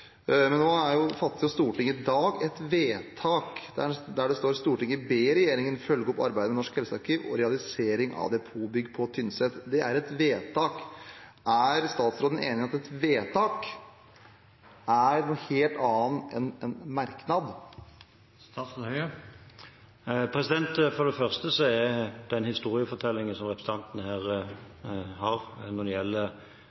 Men i dag fatter Stortinget et vedtak der det står: «Stortinget ber regjeringen følge opp arbeidet med Norsk helsearkiv og realisering av depotbygg på Tynset.» Det er et vedtak. Er statsråden enig i at et vedtak er noe helt annet enn en merknad? For det første er historiefortellingen fra representanten om at personer skal ha vært veldig aktive for å få utsatt eller endret denne saken, ikke korrekt. Det som